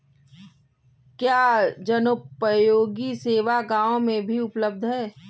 क्या जनोपयोगी सेवा गाँव में भी उपलब्ध है?